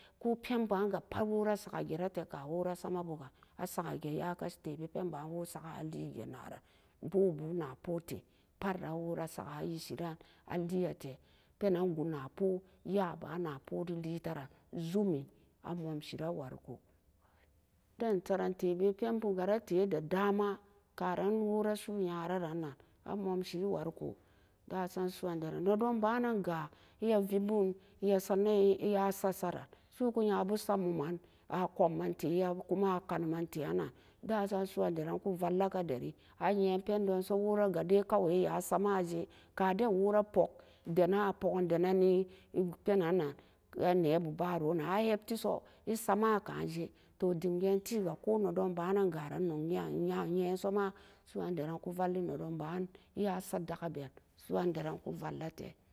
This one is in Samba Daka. Ko pen ba ga pat a saki a jerilee wora sama bu ga a sakaa jee e ya'a kashi tebee pen ba a lee jee na ran boobu na pootee a saka isi ree a tee a tee peenan gu'a na poo yaaa ban na pooe lee tee ran e jumetee a momsi e wari ko pan den saran tebee pen boo saren e da dama an wora su'u nyararan nan a momsi wariko dasam su'uandoran nee don bu ree ga e a vebu e a sabo e a sat saran su'u ku yabu sat mum man a komen tee e a wokumen na ko meen te ana dasam su'uandaran ku mak sa bre dari a yeen pen donsso wora ga dai e ba samaa ree jee ka den wora pukee nee pen nan- nan e neebu baru'an e sama kaa je dem gan tee ga ko nedon ba nee ga ran ne nooni a yee an su'uan daran ku valle nee don ba e baa sat daki ben su'uan daran ku valla tee.